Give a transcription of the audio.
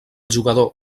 jugador